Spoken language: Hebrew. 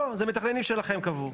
לא, זה מתכננים שלכם קבעו.